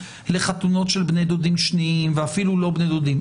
לחתונות של בני דודים שניים ואפילו לא בני דודים,